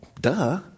duh